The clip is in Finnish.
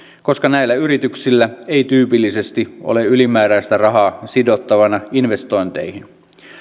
koska näillä yrityksillä ei tyypillisesti ole ylimääräistä rahaa sidottavana investointeihin